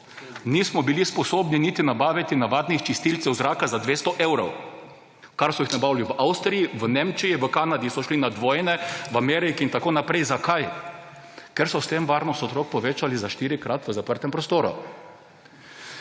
nismo bili sposobni niti nabaviti navadnih čistilcev zraka za 200 evrov, kar so jih nabavili v Avstriji, v Nemčiji, v Kanadi so šli na dvojne, v Ameriki in tako naprej. Zakaj? Ker so s tem varnost otrok povečali za štirikrat v zaprtem prostoru.